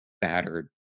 battered